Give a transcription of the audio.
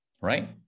right